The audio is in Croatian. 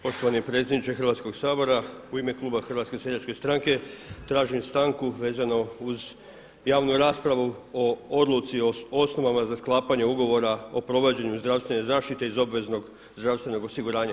Poštovani predsjedniče Hrvatskog sabora u ime Kluba Hrvatske seljačke stranke tražim stanku vezano uz javnu raspravu o odluci o osnovama za sklapanje ugovora o provođenju zdravstvene zaštite iz obveznog zdravstvenog osiguranja.